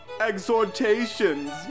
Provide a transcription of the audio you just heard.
exhortations